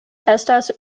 estas